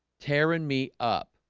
tearing me up.